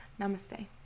Namaste